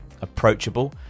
approachable